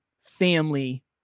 family